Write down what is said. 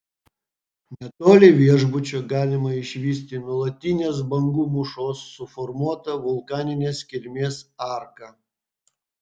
netoli viešbučio galima išvysti nuolatinės bangų mūšos suformuotą vulkaninės kilmės arką